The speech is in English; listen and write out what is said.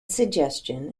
suggestion